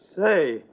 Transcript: Say